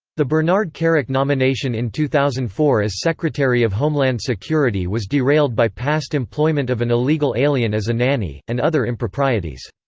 the bernard kerik nomination in two thousand and four as secretary of homeland security was derailed by past employment of an illegal alien as a nanny, and other improprieties.